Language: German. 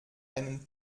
einen